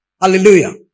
Hallelujah